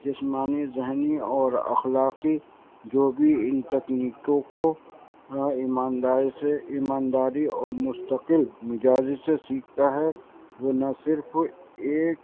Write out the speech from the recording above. جسمانی ذہنی اور اخلاقی جو بھی ان تکنیکوں کو ایمانداری سے ایمانداری اور مستقل مجازی سے سیکھتا ہے وہ نہ صرف ایک